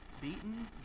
beaten